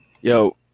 Yo